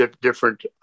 different